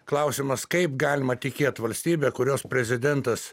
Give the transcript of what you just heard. klausimas kaip galima tikėt valstybe kurios prezidentas